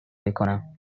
کنم